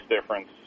difference